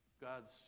God's